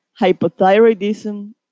hypothyroidism